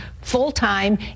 full-time